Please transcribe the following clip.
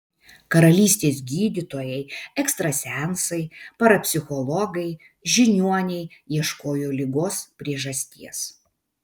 karalystės gydytojai ekstrasensai parapsichologai žiniuoniai ieškojo ligos priežasties